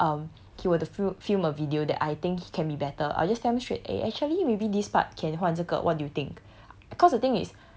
like if let's say um he were to fu~ film a video that I think it can be better I'll just tell him straight eh actually maybe this part can 换这个 what do you think